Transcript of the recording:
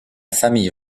famille